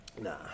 Nah